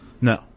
No